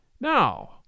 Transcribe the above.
Now